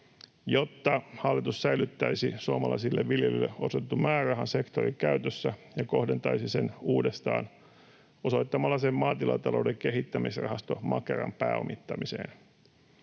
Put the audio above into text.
jotta hallitus säilyttäisi suomalaisille viljelijöille osoitetun määrärahan sektorin käytössä ja kohdentaisi sen uudestaan osoittamalla sen Maatilatalouden Kehittämisrahasto Makeran pääomittamiseen.